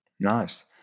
Nice